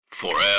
Forever